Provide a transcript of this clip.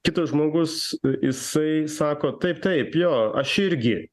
kitas žmogus jisai sako taip taip jo aš irgi